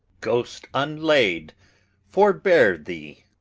ghost unlaid forbear thee!